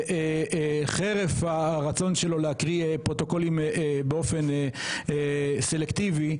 וחרף הרצון שלו להקריא פרוטוקולים באופן סלקטיבי.